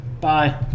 Bye